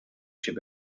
sibh